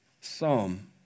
psalm